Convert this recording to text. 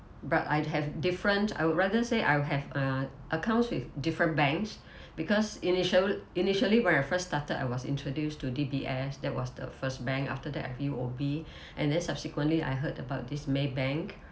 but I have different I would rather say I'll have uh accounts with different banks because initial initially when I first started I was introduced to D_B_S that was the first bank after that I've U_O_B and then subsequently I heard about this maybank